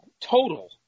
total